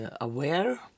aware